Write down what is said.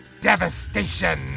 Devastation